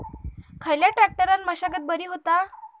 खयल्या ट्रॅक्टरान मशागत बरी होता?